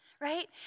Right